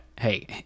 hey